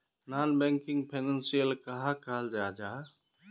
Non banking financial कहाक कहाल जाहा जाहा?